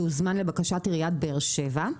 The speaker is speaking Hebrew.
שהוזמן לבקשת עיריית באר שבע,